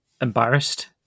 embarrassed